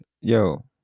Yo